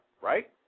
right